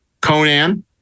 Conan